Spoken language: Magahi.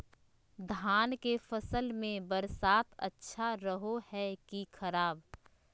धान के फसल में बरसात अच्छा रहो है कि खराब?